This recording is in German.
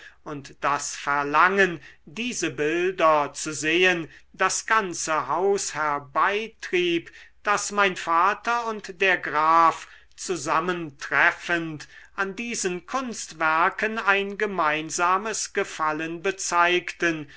und das verlangen diese bilder zu sehen das ganze haus herbeitrieb daß mein vater und der graf zusammentreffend an diesen kunstwerken ein gemeinsames gefallen bezeigten